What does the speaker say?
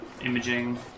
imaging